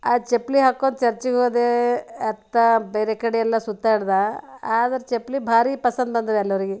ಆ ಚಪ್ಪಲಿ ಹಾಕ್ಕೊಂಡ್ ಚರ್ಚಿಗೆ ಹೋದೆ ಅತ್ತ ಬೇರೆ ಕಡೆಯೆಲ್ಲ ಸುತ್ತಾಡ್ದೆ ಆದ್ರೆ ಚಪ್ಪಲಿ ಭಾರಿ ಪಸಂದಂದ್ರು ಎಲ್ಲರಿಗೆ